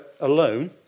alone